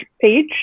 page